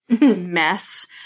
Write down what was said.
mess